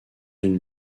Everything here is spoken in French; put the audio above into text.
une